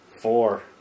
Four